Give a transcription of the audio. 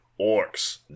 Orcs